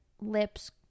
lips